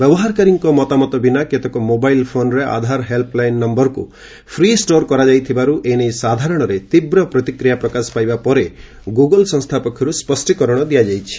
ବ୍ୟବହାରକାରୀଙ୍କ ମତାମତ ବିନା କେତେକ ମୋବାଇଲ୍ ଫୋନ୍ରେ ଆଧାର ହେଲ୍ପ୍ ଲାଇନ୍ ନୟରକୁ ପ୍ରି ଷ୍ଟୋର୍ କରାଯାଇଥିବାରୁ ଏନେଇ ସାଧାରଣରେ ତୀବ୍ର ପ୍ରତିକ୍ରିୟା ପ୍ରକାଶ ପାଇବା ପରେ ଗୁଗୁଲ୍ ସଂସ୍ଥା ପକ୍ଷରୁ ସ୍ୱଷ୍ଟୀକରଣ ଦିଆଯାଇଛି